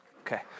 okay